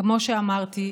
כמו שאמרתי,